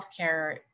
healthcare